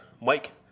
Mike